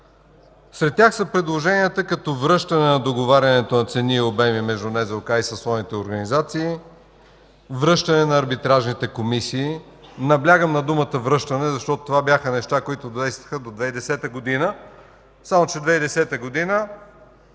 Сред тях са предложенията като връщане на договарянето на цени и обеми между НЗОК и съсловните организации, връщане на арбитражните комисии. Наблягам на думата „връщане”, защото това бяха неща, които действаха до 2010 г.